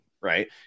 right